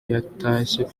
yatashye